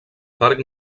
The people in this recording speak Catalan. parc